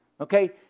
okay